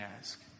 ask